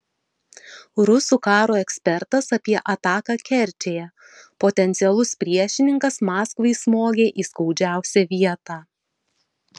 rusų karo ekspertas apie ataką kerčėje potencialus priešininkas maskvai smogė į skaudžiausią vietą